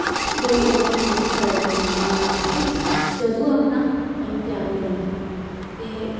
कोई ओह् नी ऐ के सड़े दे पौना जां कुछ जदूं आखना अदूं त्यार होई जाना ते